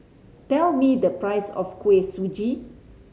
tell me the price of Kuih Suji